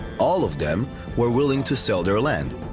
all of them were willing to sell their land.